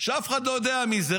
שאף אחד לא יודע מי זה.